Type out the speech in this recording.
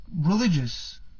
religious